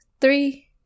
three